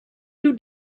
two